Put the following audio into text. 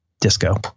Disco